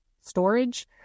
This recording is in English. storage